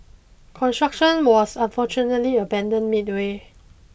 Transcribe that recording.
construction was unfortunately abandoned midway